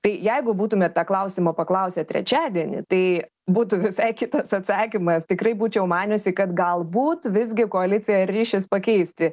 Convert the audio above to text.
tai jeigu būtumėt tą klausimą paklausę trečiadienį tai būtų visai kitas atsakymas tikrai būčiau maniusi kad galbūt visgi koalicija ryšis pakeisti